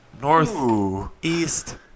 Northeast